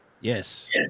Yes